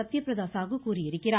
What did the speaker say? சத்தியபிரத சாகு கூறியிருக்கிறார்